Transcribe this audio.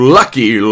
lucky